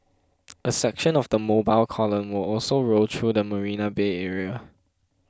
a section of the mobile column will also roll through the Marina Bay area